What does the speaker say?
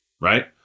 right